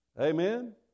Amen